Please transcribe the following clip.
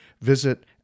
Visit